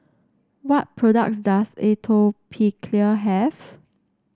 what products does Atopiclair have